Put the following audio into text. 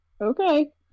Okay